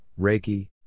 Reiki